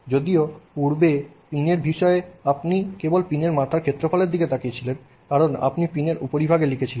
যদিও পূর্বে পিনের বিষয়ে আপনি কেবল পিনের মাথার ক্ষেত্রফলের দিকে তাকিয়ে ছিলেন এবং কারণ আপনি পিনের উপরিভাগে লিখেছিলেন